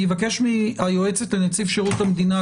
אני מבקש מהיועצת לנציב שירות המדינה,